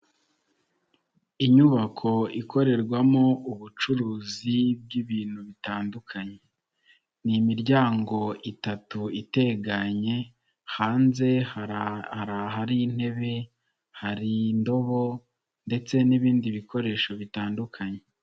Inyubako ikorerwamo ubucuruzi bw'ibintu bitandukanye, n'imiryango itatu iteganye, hanze hari intebe, hari indobo ndetse n'ibindi bikoresho bitandukanye.